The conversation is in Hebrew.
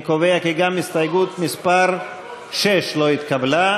אני קובע כי גם הסתייגות מס' 6 לא התקבלה.